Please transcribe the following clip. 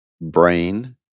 brain